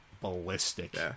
ballistic